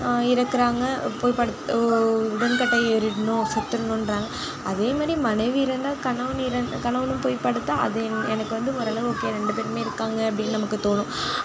இறக்கிறாங்க போய் படுத் உடன்கட்டை ஏறிடனும் செத்திரணுன்றாங்க அதே மாதிரி மனைவி இறந்தால் கணவன் இறந்த கணவனும் போய் படுத்தால் அது எனக்கு வந்து ஓரளவு ஓகே ரெண்டு பேரும் இருக்காங்க அப்படினு நமக்கு தோணணும்